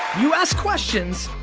you ask questions,